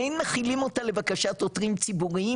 אין מחילים אותה לבקשת עותרים ציבוריים